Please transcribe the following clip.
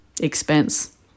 expense